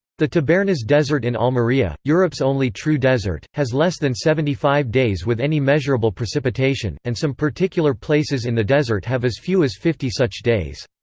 the tabernas desert in almeria, europe's only true desert, has less than seventy five days with any measurable precipitation, and some particular places in the desert have as few as fifty such days.